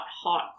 hot